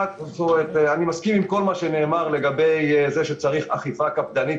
אני מסכים עם כל מה שנאמר לגבי זה שצריך אכיפה קפדנית